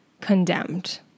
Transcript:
condemned